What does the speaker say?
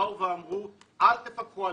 באו ואמרו אל תפקחו עלינו,